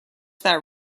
that